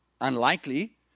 unlikely